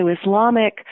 Islamic